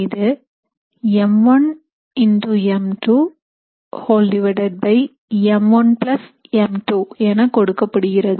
இது m1 m2m1 m2 என கொடுக்கப்படுகிறது